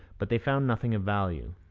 but they found nothing of value.